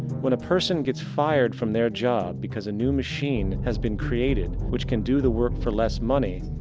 when a person get's fired from their job, because a new machine has been created, which can do the work for less money,